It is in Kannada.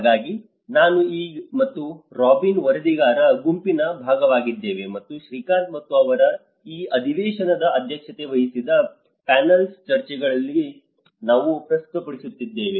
ಹಾಗಾಗಿ ನಾನು ಮತ್ತು ರಾಬಿನ್ ವರದಿಗಾರ ಗುಂಪಿನ ಭಾಗವಾಗಿದ್ದೇವೆ ಮತ್ತು ಶ್ರೀಕಾಂತ್ ಮತ್ತು ಅವರು ಈ ಅಧಿವೇಶನದ ಅಧ್ಯಕ್ಷತೆ ವಹಿಸಿದ್ದ ಪ್ಯಾನೆಲ್ ಚರ್ಚೆಗಳಲ್ಲಿ ನಾವು ಪ್ರಸ್ತುತಪಡಿಸಿದ್ದೇವೆ